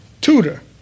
Tutor